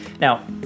Now